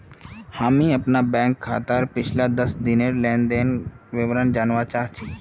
हामी अपनार बैंक खाताक पिछला दस लेनदनेर विवरण जनवा चाह छि